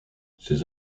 ces